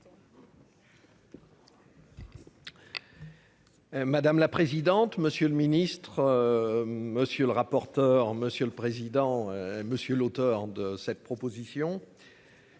Madame la présidente, monsieur le ministre. Monsieur le rapporteur. Monsieur le président, monsieur l'auteur de cette proposition.